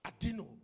Adino